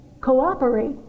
cooperate